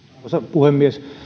puhemies